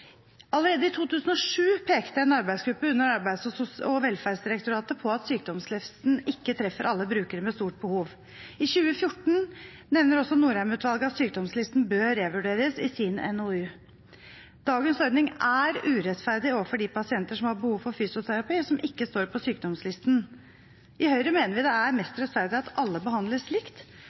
Allerede i 2007 pekte en arbeidsgruppe under Arbeids- og velferdsdirektoratet på at sykdomslisten ikke treffer alle brukere med stort behov. I 2014 nevnte også Norheim-utvalget i sin NOU at sykdomslisten bør revurderes. Dagens ordning er urettferdig overfor de pasienter som har behov for fysioterapi, men ikke står på sykdomslisten. I Høyre mener vi det er mest rettferdig at alle behandles likt